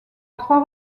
trois